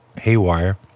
haywire